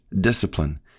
discipline